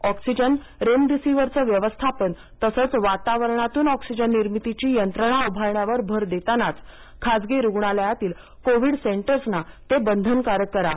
oxygen रेमडीसीवीरचं व्यवस्थापन तसंच वातावरणातून ऑक्सिजन निर्मितीची यंत्रणा उभारण्यावर भर देतानाच खासगी रुग्णालयातील कोविड सेंटर्सना ते बंधनकारक करा